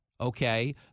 Okay